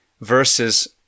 Versus